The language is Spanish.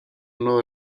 uno